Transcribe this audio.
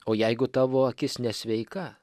o jeigu tavo akis nesveika